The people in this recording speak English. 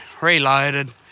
reloaded